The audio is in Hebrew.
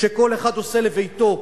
שכל אחד עושה לביתו.